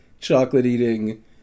chocolate-eating